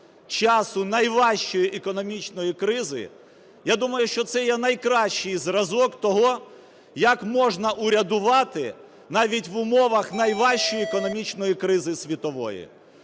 часу найважчої економічної кризи, я думаю, що це є найкращий зразок того, як можна урядувати навіть в умовах найважчої економічної кризи світової.